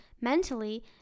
mentally